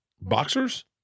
Boxers